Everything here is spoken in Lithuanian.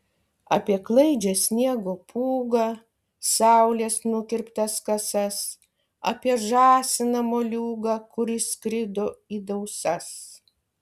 apie klaidžią sniego pūgą saulės nukirptas kasas apie žąsiną moliūgą kur išskrido į dausas